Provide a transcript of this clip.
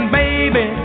baby